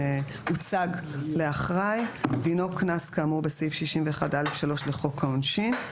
שהוצג לאחראי דינו קנס כאמור בסעיף 61(א)(3) לחוק העונשין.